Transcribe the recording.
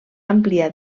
àmplia